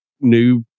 new